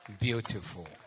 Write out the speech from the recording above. Beautiful